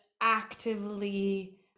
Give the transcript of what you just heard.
actively